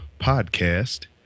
podcast